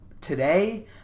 today